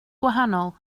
gwahanol